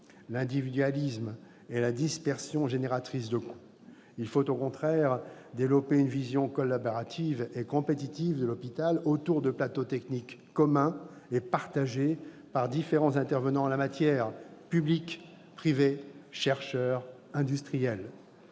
l'individualisme et la dispersion génératrice de coûts. Il faut au contraire développer une vision collaborative et compétitive de l'hôpital, autour de plateaux techniques communs et partagés par différents intervenants en la matière- publics, privés, chercheurs, industriels,